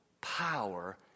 power